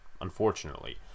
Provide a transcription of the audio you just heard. unfortunately